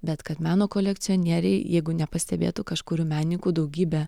bet kad meno kolekcionieriai jeigu nepastebėtų kažkurių menininkų daugybę